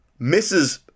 Mrs